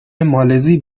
مالزی